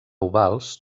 ovals